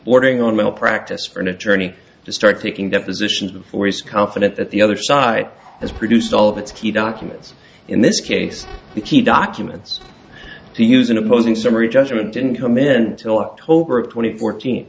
bordering on a practice for an attorney to start taking depositions before he's confident that the other side has produced all of its key documents in this case the key documents to use in opposing summary judgment didn't come in till october twenty fourteen